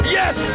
yes